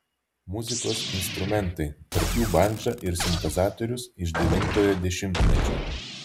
muzikos instrumentai tarp jų bandža ir sintezatorius iš devintojo dešimtmečio